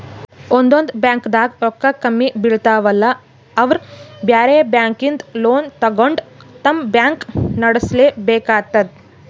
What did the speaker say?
ಒಂದೊಂದ್ ಬ್ಯಾಂಕ್ದಾಗ್ ರೊಕ್ಕ ಕಮ್ಮಿ ಬೀಳ್ತಾವಲಾ ಅವ್ರ್ ಬ್ಯಾರೆ ಬ್ಯಾಂಕಿಂದ್ ಲೋನ್ ತಗೊಂಡ್ ತಮ್ ಬ್ಯಾಂಕ್ ನಡ್ಸಲೆಬೇಕಾತದ್